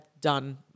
done –